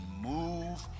move